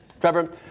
Trevor